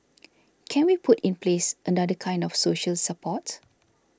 can we put in place another kind of social support